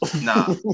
Nah